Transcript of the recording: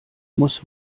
muss